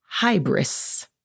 Hybris